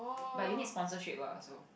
but you need sponsorship ah so